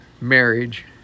marriage